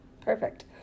Perfect